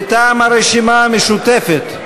מטעם הרשימה המשותפת,